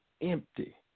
empty